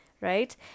right